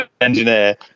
engineer